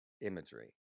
imagery